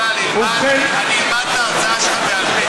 אני אלמד את ההרצאה שלך בעל-פה.